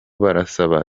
barasaba